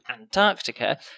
Antarctica